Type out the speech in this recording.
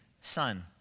son